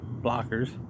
blockers